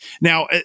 Now